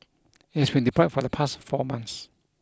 it has been deployed for the past four months